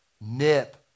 Nip